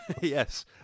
Yes